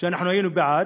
שאנחנו היינו בעד,